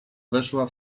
weszła